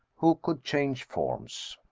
who could change forms.